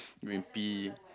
go and pee